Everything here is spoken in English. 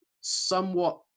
somewhat